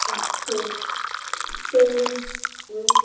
अच्छा तो हाँ